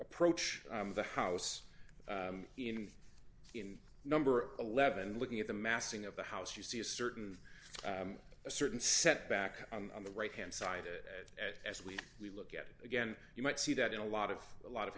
approach the house in in number eleven looking at the massing of the house you see a certain a certain set back on the right hand side it as we we look at it again you might see that in a lot of a lot of